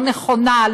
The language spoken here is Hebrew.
לא נכונה,